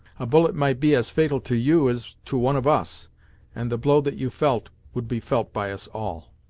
a bullet might be as fatal to you as to one of us and the blow that you felt, would be felt by us all.